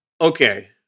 Okay